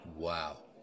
Wow